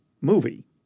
movie